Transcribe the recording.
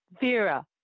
Vera